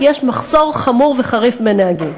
כי יש מחסור חמור וחריף בנהגים.